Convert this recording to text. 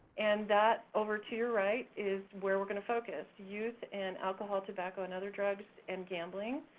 and that over to your right is where we're gonna focus, youth and alcohol, tobacco and other drugs, and gambling,